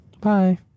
Bye